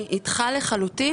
אני לחלוטין